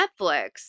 Netflix